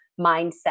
mindset